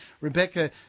Rebecca